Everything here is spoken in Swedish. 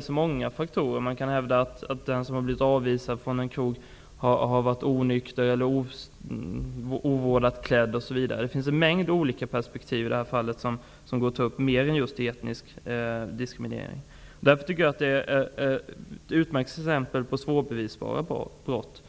så många faktorer kan blandas in. Det kan exempelvis hävdas att den som blivit avvisad från en krog har varit onykter eller haft ovårdad klädsel. Det finns en mängd olika perspektiv som går att åberopa, utöver etnisk diskriminering. Därför är detta brott ett utmärkt exempel på svårbevisbara brott.